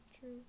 True